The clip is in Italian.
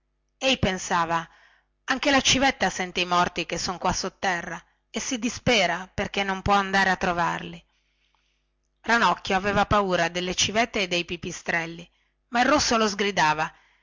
e di là ei pensava anche la civetta sente i morti che son qua sotterra e si dispera perchè non può andare a trovarli ranocchio aveva paura delle civette e dei pipistrelli ma il rosso lo sgridava